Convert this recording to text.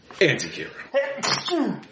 Anti-hero